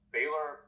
Baylor